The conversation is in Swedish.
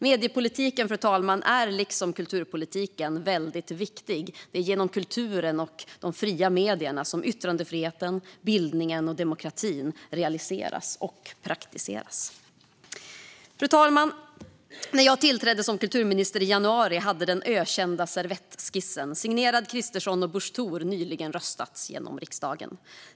Mediepolitiken, fru talman, är liksom kulturpolitiken väldigt viktig. Det är genom kulturen och de fria medierna som yttrandefriheten, bildningen och demokratin realiseras och praktiseras. Fru talman! När jag tillträdde som kulturminister i januari hade den ökända servettskissen signerad Kristersson och Busch Thor nyligen röstats igenom i riksdagen.